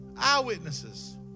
eyewitnesses